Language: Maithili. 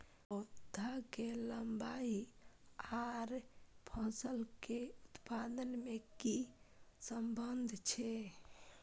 पौधा के लंबाई आर फसल के उत्पादन में कि सम्बन्ध छे?